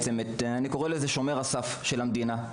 אני קורא להם שומר הסף של המדינה.